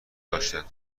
داشتند